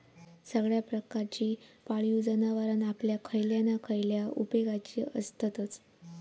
सगळ्या प्रकारची पाळीव जनावरां आपल्या खयल्या ना खयल्या उपेगाची आसततच